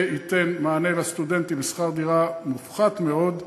זה ייתן מענה לסטודנטים בשכר דירה מופחת מאוד.